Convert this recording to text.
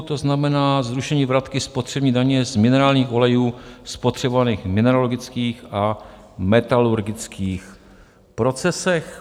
To znamená zrušení vratky spotřební daně z minerálních olejů ve spotřebovaných mineralogických a metalurgických procesech.